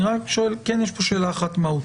וכן יש פה שאלה אחת מהותית.